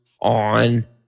on